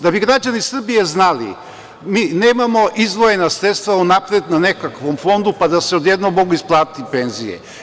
Da bi građani Srbije znali, mi nemamo izdvojena sredstva unapred na nekakvom fondu pa da se odjednom mogu isplatiti penzije.